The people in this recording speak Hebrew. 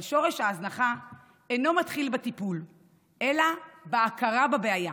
אבל שורש ההזנחה אינו מתחיל בטיפול אלא בהכרה בבעיה.